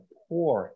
poor